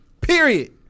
Period